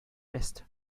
west